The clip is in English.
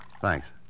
Thanks